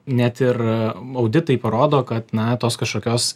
net ir auditai parodo kad na tos kažkokios